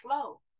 flow